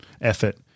effort